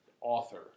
author